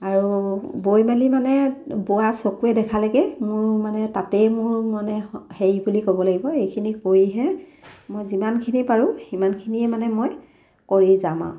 আৰু বৈ মেলি মানে বোৱা চকুৰে দেখা লৈকে মোৰ মানে তাতেই মোৰ মানে হেৰি বুলি ক'ব লাগিব এইখিনি কৰিহে মই যিমানখিনি পাৰোঁ সিমানখিনিয়ে মানে মই কৰি যাম আৰু